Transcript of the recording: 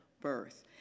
birth